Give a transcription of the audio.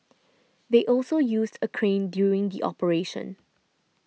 they also used a crane during the operation